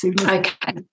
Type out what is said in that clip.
Okay